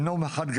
אין מה לעשות.